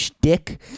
dick